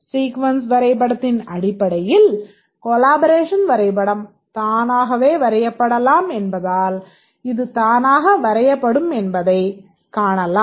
sequence வரைபடத்தின் அடிப்படையில் collaboration வரைபடம் தானாகவே வரையப்படலாம் என்பதால் இது தானாக வரையப்படுமென்பதைக் காணலாம்